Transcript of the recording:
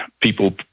People